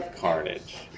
carnage